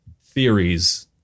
theories